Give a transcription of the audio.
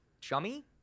chummy